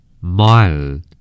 Mile